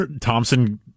Thompson